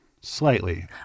slightly